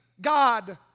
God